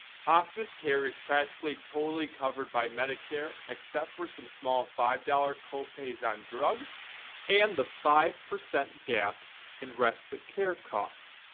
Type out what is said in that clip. hospice care is practically totally covered by medicare except for some small five-dollar co-pays on drugs and the five-percent gap and respite care costs.